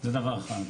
זה דבר אחד.